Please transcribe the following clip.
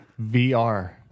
VR